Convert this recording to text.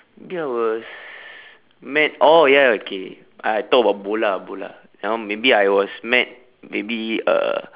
maybe I was mad oh ya okay I talk about bola bola that one maybe I was mad maybe uh